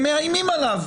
הם מאיימים עליו.